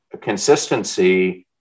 consistency